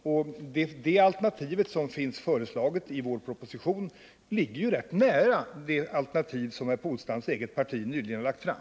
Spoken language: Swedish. Och det alternativet, som finns föreslaget i propositionen, ligger ju rätt nära det alternativ som herr Polstams eget parti nyligen lagt fram.